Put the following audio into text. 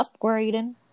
upgrading